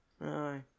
aye